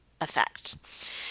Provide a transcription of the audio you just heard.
effect